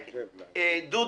התפשרנו על דברים שרצינו יותר.